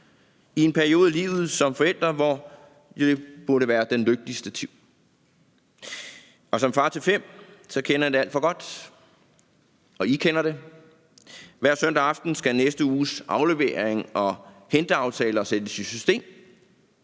i en periode af livet som forældre, som burde være den lykkeligste tid. Som far til fem kender jeg det alt for godt, og I kender det. Hver søndag aften skal næste uges aflevering og henteaftaler sættes i system,